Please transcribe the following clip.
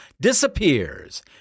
disappears—